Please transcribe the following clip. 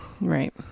Right